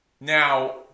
Now